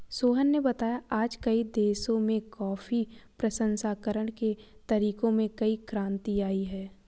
सोहन ने बताया आज कई देशों में कॉफी प्रसंस्करण के तरीकों में नई क्रांति आई है